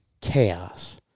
chaos